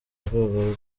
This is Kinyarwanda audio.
rwego